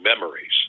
memories